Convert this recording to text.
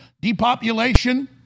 depopulation